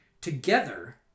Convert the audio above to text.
together